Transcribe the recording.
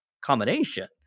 combination